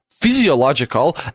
physiological